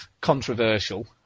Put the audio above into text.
controversial